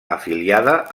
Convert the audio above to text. afiliada